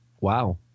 wow